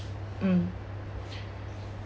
mm